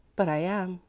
but i am.